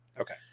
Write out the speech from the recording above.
Okay